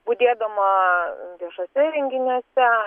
budėdama viešuose renginiuose